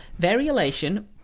Variolation